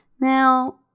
Now